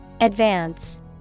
Advance